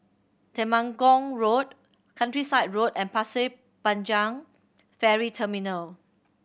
Temenggong Road Countryside Road and Pasir Panjang Ferry Terminal